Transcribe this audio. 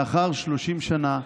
לאחר 30 שנה,